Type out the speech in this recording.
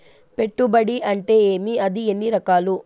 పెట్టుబడి అంటే ఏమి అది ఎన్ని రకాలు